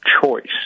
choice